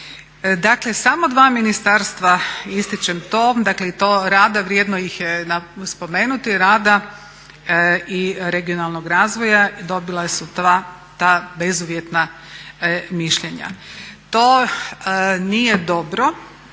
Dakle, samo dva ministarstva ističem to, dakle i to rada vrijedno ih je spomenuti, rada i regionalnog razvoja dobila su dva ta bezuvjetna mišljenja. To nije dobro,